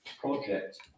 project